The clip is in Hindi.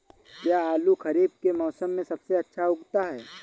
क्या आलू खरीफ के मौसम में सबसे अच्छा उगता है?